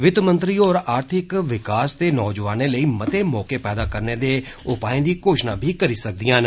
वित्तमंत्री होर आर्थिक विकास ते नौजवानें लेई मते मौके पैदा करने दे उपाएं दी घोषणा बी करी सकदियां न